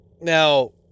Now